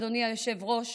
אדוני היושב-ראש,